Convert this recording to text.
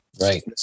Right